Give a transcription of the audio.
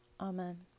Amen